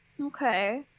Okay